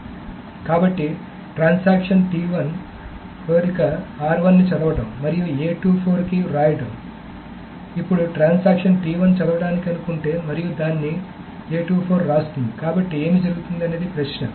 కాబట్టి ట్రాన్సాక్షన్ కోరిక ని చదవడం మరియు కి వ్రాయడం వరకు ఇప్పుడు ట్రాన్సాక్షన్ చదవడానికి అనుకుంటే మరియు దాన్ని రాస్తుంది కాబట్టి ఏమి జరుగుతుంది అనేది ప్రశ్న